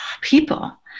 people